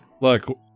Look